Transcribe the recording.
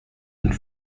and